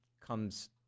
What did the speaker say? comes